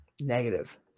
Negative